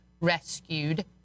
Rescued